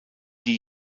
die